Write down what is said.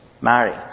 married